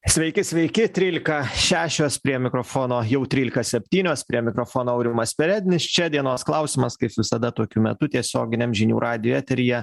sveiki sveiki trylika šešios prie mikrofono jau trylika septynios prie mikrofono aurimas perednis čia dienos klausimas kaip visada tokiu metu tiesioginiam žinių radijo eteryje